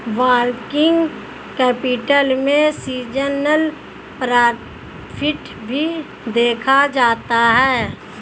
working capital में seasonal profit भी देखा जाता है